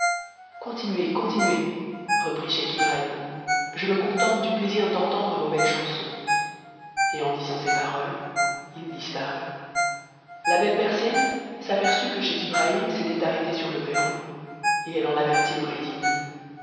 continuez continuez reprit scheich ibrahim je me conj ttc da p aisir d'entendre vos belles chansons et en disant ces paroles il disparut l bche persienne s'aperçut que scheich ibrahim s'était arrêté sur le x ro et elle en avertit noureddin